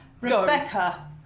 Rebecca